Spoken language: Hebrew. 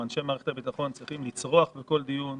אנשי מערכת הביטחון צריכים לצרוח בכל דיון,